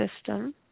system